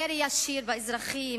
ירי ישיר באזרחים,